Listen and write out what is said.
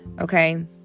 Okay